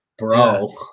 Bro